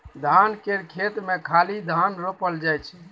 धान केर खेत मे खाली धान रोपल जाइ छै